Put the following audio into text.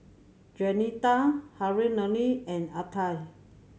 Juanita Harlene and Altie